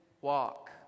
walk